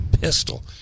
pistol